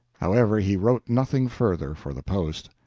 however, he wrote nothing further for the post.